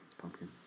pumpkin